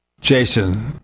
Jason